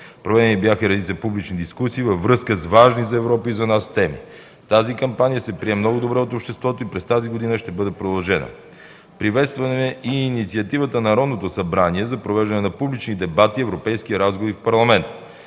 Проведени бяха редица публични дискусии във връзка с важни за Европа и за нас теми. Тази кампания се прие много добре от обществото и през тази година ще бъде продължена. Приветстваме и инициативата на Народното събрание за провеждане на публични дебати и европейски разговори в парламента.